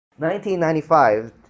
1995